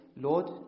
Lord